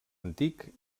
antic